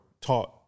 taught